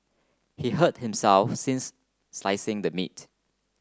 he hurt himself since slicing the meat